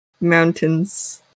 mountains